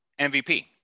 MVP